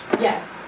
yes